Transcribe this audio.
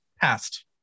passed